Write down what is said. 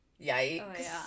Yikes